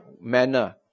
manner